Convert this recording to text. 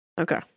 Okay